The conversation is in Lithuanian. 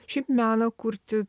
šiaip meną kurti